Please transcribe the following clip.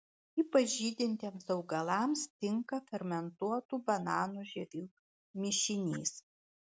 ypač žydintiems augalams tinka fermentuotų bananų žievių mišinys